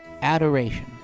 adoration